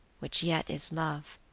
which yet is love